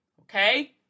okay